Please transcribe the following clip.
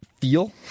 feel